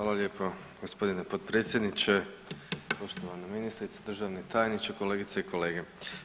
Hvala lijepo gospodine potpredsjedniče, poštovana ministrice, državni tajniče, kolegice i kolege.